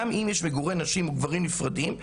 גם אם יש מגורי נשים וגברים נפרדים,